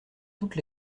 toutes